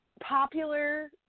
Popular